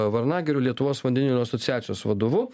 varnagiriu lietuvos vandenilio asociacijos vadovu